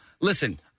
listen